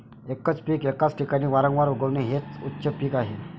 एकच पीक एकाच ठिकाणी वारंवार उगवणे हे उच्च पीक आहे